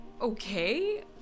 Okay